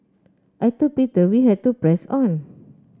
I told Peter we had to press on